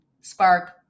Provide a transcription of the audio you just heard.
spark